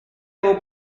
его